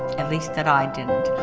at least that i didn't.